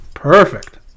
Perfect